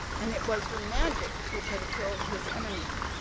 and it was her magic which had killed his enemy.